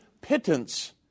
pittance